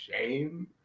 shame